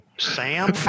Sam